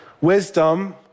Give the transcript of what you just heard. Wisdom